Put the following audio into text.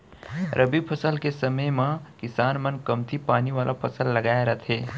रबी फसल के समे म किसान मन कमती पानी वाला फसल लगाए रथें